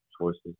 choices